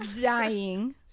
dying